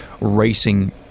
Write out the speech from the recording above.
racing